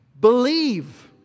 believe